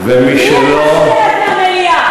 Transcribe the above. מי אתה שתרד מהבמה?